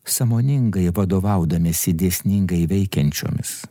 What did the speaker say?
sąmoningai vadovaudamiesi dėsningai veikiančiomis